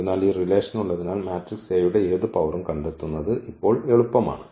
അതിനാൽ ഈ റിലേഷൻ ഉള്ളതിനാൽ മാട്രിക്സ് A യുടെ ഏതു പവറും കണ്ടെത്തുന്നത് ഇപ്പോൾ എളുപ്പമാണ്